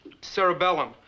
cerebellum